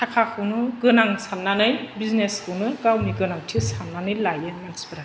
थाखाखौनो गोनां साननानै बिजिनेसखौनो गावनि गोनांथि साननानै लायो मानसिफोरा